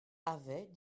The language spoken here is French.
avait